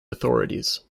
authorities